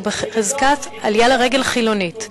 הוא בחזקת עלייה לרגל חילונית.